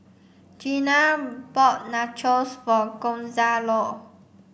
Jenna bought Nachos for Gonzalo